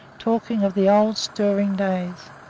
talking of the old stirring days.